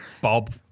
Bob